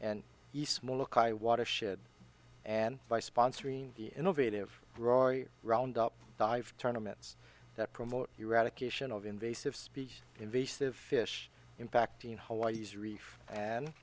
watershed and by sponsoring the innovative roy round up dive tournaments that promote eradication of invasive species invasive fish in fact in hawaii's reef and